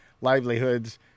livelihoods